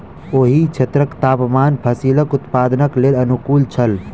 ओहि क्षेत्रक तापमान फसीलक उत्पादनक लेल अनुकूल छल